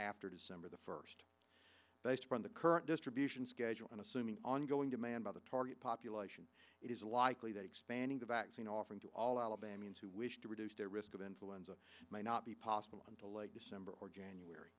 after december the first based upon the current distribution schedule and assuming ongoing demand by the target population it is likely that expanding the vaccine offering to all alabamians who wish to reduce their risk of influenza may not be possible until late december or january